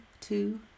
two